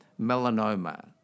melanoma